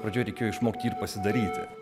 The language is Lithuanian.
pradžioj reikėjo išmokt jį ir pasidaryti